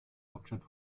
hauptstadt